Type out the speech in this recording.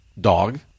dog